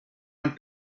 han